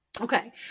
Okay